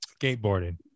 Skateboarding